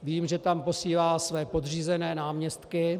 Vím, že tam posílá své podřízené náměstky.